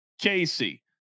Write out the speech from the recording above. Casey